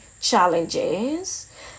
challenges